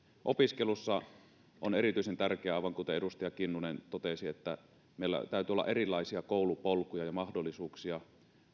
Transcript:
opiskelussa meillä on erityisen tärkeää aivan kuten edustaja kinnunen totesi että täytyy olla erilaisia koulupolkuja ja mahdollisuuksia